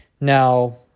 now